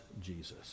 Jesus